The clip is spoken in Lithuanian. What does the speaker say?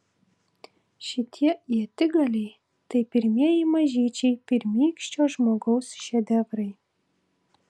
šitie ietigaliai tai pirmieji mažyčiai pirmykščio žmogaus šedevrai